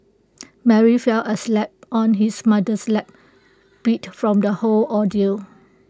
Mary fell asleep on his mother's lap beat from the whole ordeal